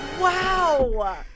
Wow